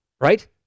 right